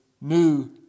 new